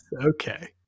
okay